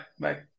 Bye